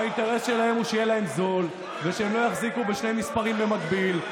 האינטרס שלהם הוא שיהיה להם זול ושהם לא יחזיקו בשני מספרים במקביל.